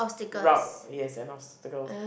route yes and obstacles